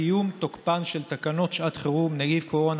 יפקע תוקפו ותתבטל האחריות